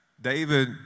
David